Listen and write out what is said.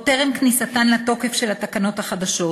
עוד טרם כניסתן לתוקף של התקנות החדשות.